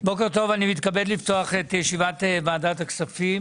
בוקר טוב, אני מתכבד לפתוח את ישיבת ועדת הכספים.